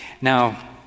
Now